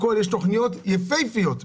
יש תוכניות יפהפיות,